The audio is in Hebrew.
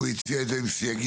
הוא הציע את זה עם סייגים.